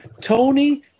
Tony